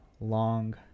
long